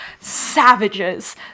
Savages